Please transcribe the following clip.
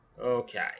Okay